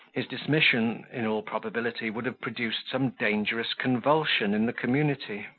his dismission, in all probability, would have produced some dangerous convulsion in the community.